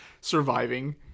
surviving